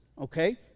okay